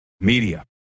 media